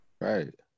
Right